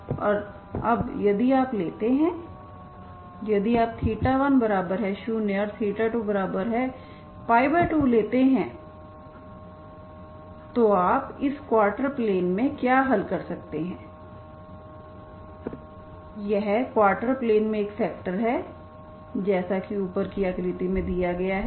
और अब यदि आप लेते हैं यदि आप 1 0 और 22लेते हैं तो आप इसे क्वार्टर प्लेन में क्या हल कर सकते हैं यह क्वार्टर प्लेन में एक सेक्टर है जैसा कि ऊपर की आकृति में दिखाया गया है